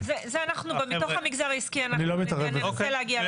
זה אנחנו מתוך המגזר העסקי אנחנו ננסה להגיע להסכמה.